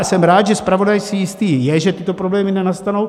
Jsem rád, že zpravodaj si jistý je, že tyto problémy nenastanou.